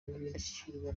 b’indashyikirwa